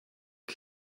two